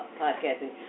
podcasting